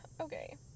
okay